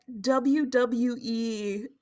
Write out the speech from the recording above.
WWE